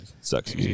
Sucks